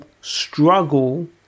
struggle